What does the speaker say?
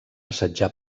assetjar